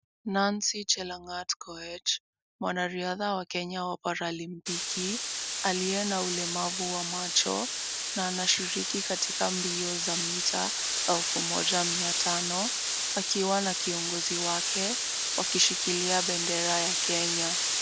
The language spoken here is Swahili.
Nancy Chelangat Koech, mwanariadha wa Kenya wa Paralimpiki aliye na ulemavu wa macho na anashiriki katika mbio za mita elfu moja mia tano akiwa na kiongozi wake wakishikilia bendera ya Kenya.